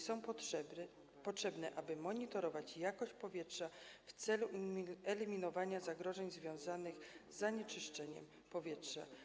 Są potrzebne, aby monitorować jakość powietrza w celu eliminowania zagrożeń związanych z zanieczyszczeniem powietrza.